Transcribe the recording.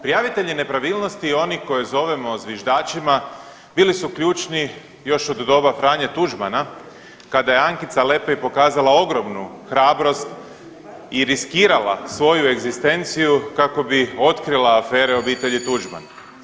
Prijavitelji nepravilnosti, oni koje zovemo zviždačima bili su ključni još od doba Franje Tuđmana kada je Ankica Lepej pokazala ogromnu hrabrost i riskirala svoju egzistenciju kako bi otkrila afere obitelji Tuđman.